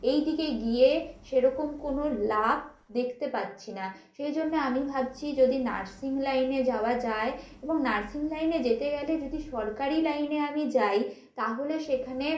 এই দিকে গিয়ে সেরকম কোনো লাভ দেখতে পাচ্ছি না সেই জন্য আমি ভাবছি যদি নার্সিং লাইনে যাওয়া যায় এবং নার্সিং লাইনে যেতে গেলে যদি সরকারি লাইনে আমি যাই তাহলে সেখানে